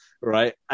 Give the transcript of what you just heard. right